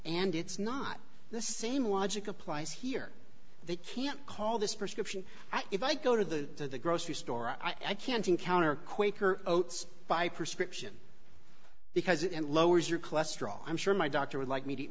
and it's not the same logic applies here they can't call this prescription if i go to the grocery store and i can't encounter a quaker oats by prescription because it lowers your cholesterol i'm sure my doctor would like me